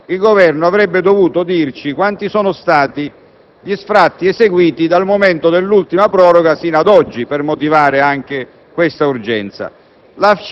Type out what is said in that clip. il Governo avrebbe dovuto dirci quanti sono stati